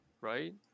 Right